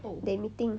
they meeting